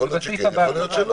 יכול להיות שכן, יכול להיות שלא.